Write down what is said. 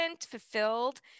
fulfilled